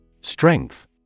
Strength